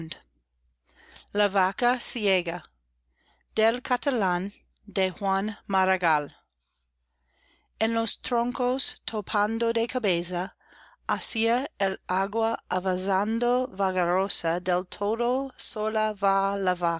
la vaca ciega del catalán de juan maragall en los troncos topando de cabeza hacia el agua avanzando